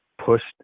pushed